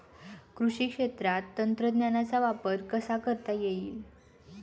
कृषी क्षेत्रात तंत्रज्ञानाचा वापर कसा करता येईल?